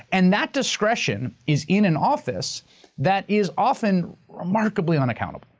and that discretion is in an office that is often remarkably unaccountable.